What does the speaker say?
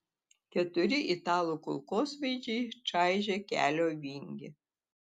keturi italų kulkosvaidžiai čaižė kelio vingį